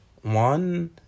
one